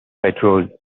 patrol